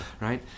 right